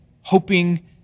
hoping